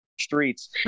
streets